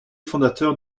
fondateur